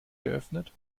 geöffnet